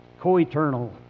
co-eternal